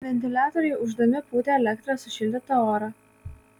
ventiliatoriai ūždami pūtė elektra sušildytą orą